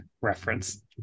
reference